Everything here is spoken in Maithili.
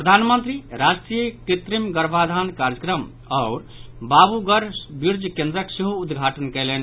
प्रधानमंत्री राष्ट्रीय कृत्रिम गर्भाधान कार्यक्रम आओर बाबूगढ़ वीर्य केन्द्रक सेहो उद्घाटन कयलनि